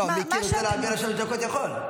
לא, אם מיקי רוצה להעביר לה שלוש דקות, הוא יכול.